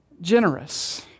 generous